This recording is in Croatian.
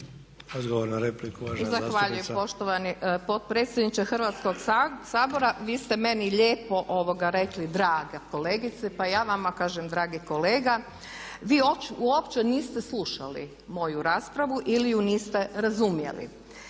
Zahvaljujem poštovani potpredsjedniče Hrvatskoga sabora. Vi ste meni lijepo rekli draga kolegice, pa ja vama kažem dragi kolega. Vi uopće niste slušali moju raspravu ili ju niste razumjeli.